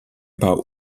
paar